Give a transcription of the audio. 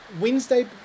Wednesday